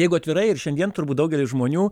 jeigu atvirai ir šiandien turbūt daugelis žmonių